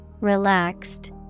Relaxed